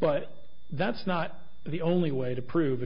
but that's not the only way to prove a